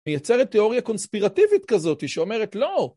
מיצרת תיאוריה קונספירטיבית כזאת, שאומרת לא.